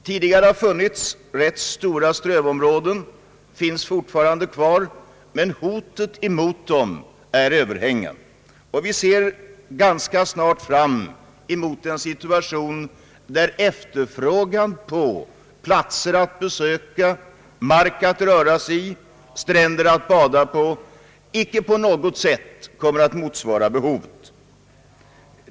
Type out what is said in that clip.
Tidigare fanns rätt stora strövområden. Sådana finns fortfarande kvar, men hotet mot dem är överhängande. Vi kan förutse inom en ganska snar framtid en situation, där efterfrågan efter platser att besöka, mark att röra sig i och stränder att bada vid inte på något sätt kommer att motsvara behovet.